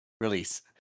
release